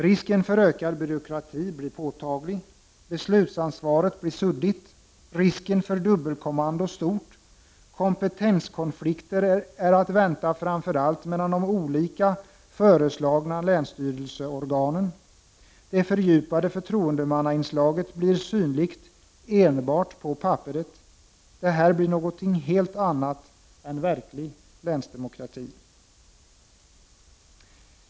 Risken för ökad byråkrati blir påtaglig. Beslutsansvaret blir suddigt, risken för dubbelkommando stort. Kompetenskonflikter är att vänta framför allt mellan de olika föreslagna länsstyrelseorganen. Det fördjupade förtroendemannainslaget blir synligt enbart på papperet. Det här blir något helt annat än verklig länsdemokrati.